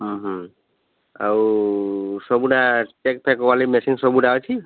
ଆଉ ସବୁଟା ଚେକ୍ ଫେକ୍ କର୍ବାର୍ଲାଗି ମେସିନ୍ ସବୁଟା ଅଛି